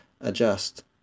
adjust